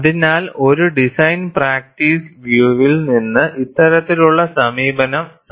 അതിനാൽ ഒരു design practice വ്യൂവിൽ നിന്ന് ഇത്തരത്തിലുള്ള സമീപനം സാധ്യമാണ്